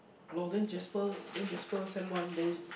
no then Jasper then Jasper sent one then